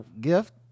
gift